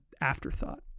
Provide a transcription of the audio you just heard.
afterthought